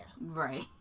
Right